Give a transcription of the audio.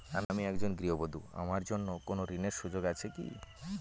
আমি একজন গৃহবধূ আমার জন্য কোন ঋণের সুযোগ আছে কি?